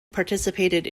participated